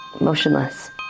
motionless